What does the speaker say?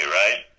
right